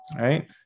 Right